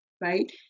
right